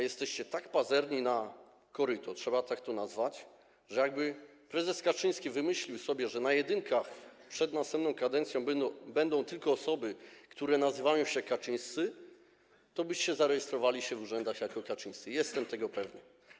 Jesteście tak pazerni na koryto, trzeba to tak nazwać, że jakby prezes Kaczyński wymyślił sobie, że na jedynkach przed następną kadencją będą tylko osoby, które nazywają się Kaczyński, to zarejestrowalibyście się w urzędach jako Kaczyńscy, jestem tego pewny.